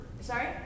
Sorry